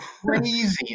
crazy